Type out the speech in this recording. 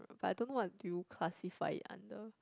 but I don't know what you classify it under